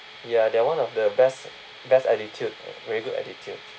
ya that one of the best best attitude really good attitude